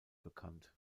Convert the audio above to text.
bekannt